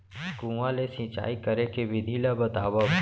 कुआं ले सिंचाई करे के विधि ला बतावव?